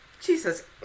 Jesus